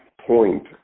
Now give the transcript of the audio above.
point